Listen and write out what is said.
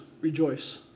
Rejoice